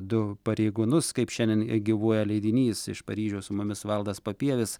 du pareigūnus kaip šiandien gyvuoja leidinys iš paryžiaus su mumis valdas papievis